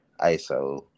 iso